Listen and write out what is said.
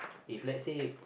if lets say